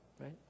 right